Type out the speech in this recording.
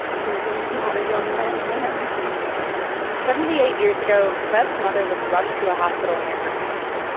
he was not a young man then seventy eight years ago, beth's mother was rushed to a hospital near her house.